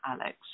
Alex